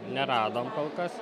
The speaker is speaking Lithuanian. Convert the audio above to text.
neradom kol kas